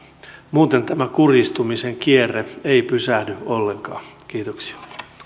muuten tämä kurjistumisen kierre ei pysähdy ollenkaan kiitoksia